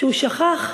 שהוא שכח,